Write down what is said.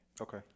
Okay